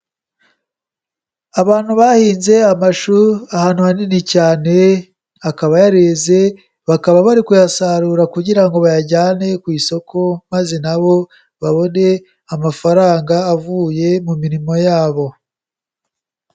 Abantu bahinze amashu, ahantu hanini cyane, akaba yareze, bakaba bari kuyasarura kugira ngo bayajyane ku isoko, maze na bo babone amafaranga avuye mu mirimo yabo.